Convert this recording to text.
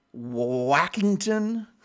Wackington